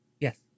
Yes